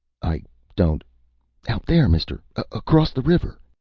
i don't out there, mister. across the river.